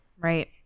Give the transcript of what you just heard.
Right